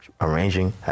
arranging